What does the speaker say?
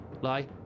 lie